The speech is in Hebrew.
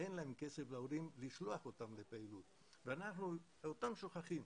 להורים אין כסף לשלוח אותם לפעילות ואנחנו שוכחים אותם,